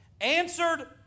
Answered